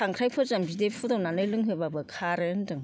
खांख्राइ फोरजों बिदै फुदुंनानै लोंहोब्लाबो खारो होन्दों